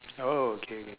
oh okay okay